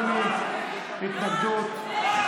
אדוני, התנגדות.